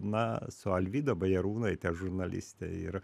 na su alvyda bajarūnaite žurnaliste ir